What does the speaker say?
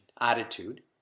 attitude